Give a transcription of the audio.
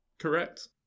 correct